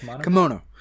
Kimono